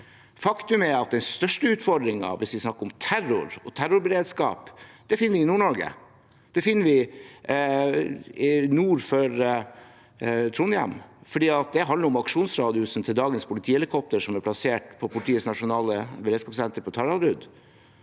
Faktum er at den største utfordringen, hvis vi snakker om terror og terrorberedskap, finner vi i Nord-Norge. Den finner vi nord for Trondheim, for det handler om aksjonsradiusen til dagens politihelikopter, som er plassert på Politiets nasjonale beredskapssenter på Taraldrud.